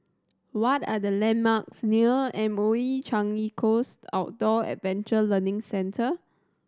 what are the landmarks near M O E Changi Coast Outdoor Adventure Learning Centre